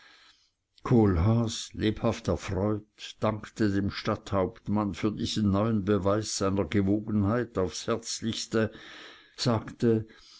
kohlhaas lebhaft erfreut dankte dem stadthauptmann für diesen neuen beweis seiner gewogenheit aufs herzlichste sagte